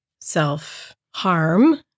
self-harm